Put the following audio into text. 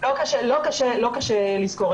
לא קשה לזכור.